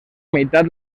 meitat